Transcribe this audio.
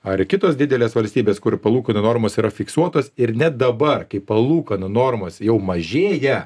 ar kitos didelės valstybės kur palūkanų normos yra fiksuotos ir net dabar kai palūkanų normos jau mažėja